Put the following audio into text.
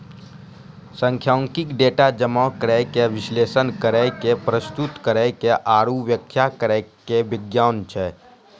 सांख्यिकी, डेटा जमा करै के, विश्लेषण करै के, प्रस्तुत करै के आरु व्याख्या करै के विज्ञान छै